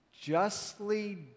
justly